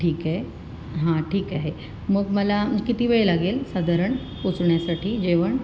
ठीक आहे हां ठीक आहे मग मला किती वेळ लागेल साधारण पोचण्यासाठी जेवण